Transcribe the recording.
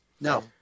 No